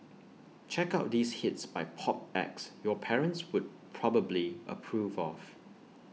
check out these hits by pop acts your parents would probably approve of